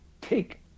take